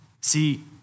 See